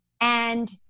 And-